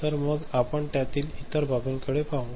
तर मग आपण त्यातील इतर बाबींकडे पाहू